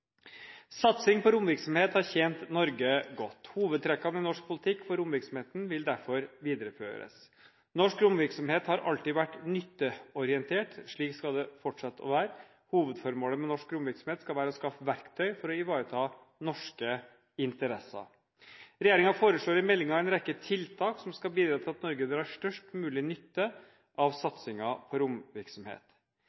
Satsing på romvirksomhet har tjent Norge godt. Hovedtrekkene i norsk politikk på romvirksomheten vil derfor videreføres. Norsk romvirksomhet har alltid vært nytteorientert. Slik skal det fortsette å være. Hovedformålet med norsk romvirksomhet skal være å skaffe verktøy for å ivareta norske interesser. Regjeringen foreslår i meldingen en rekke tiltak som skal bidra til at Norge drar størst mulig nytte av